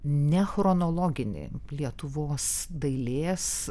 ne chronologinį lietuvos dailės